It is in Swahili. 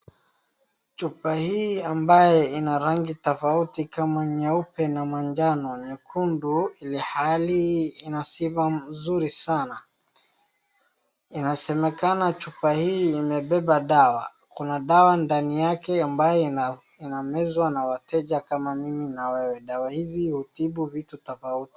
Chupa hii ambayo ina rangi tofauti kama nyeupe na manjano nyekundu ilhali ina sifa mzuri sana. Inasemekana chupa hii imebeba dawa. Kuna dawa ndani yake ambayo inamezwa na wateja kama mimi na wewe. Dawa hii hutibu vitu tofauti.